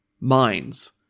mines